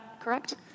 correct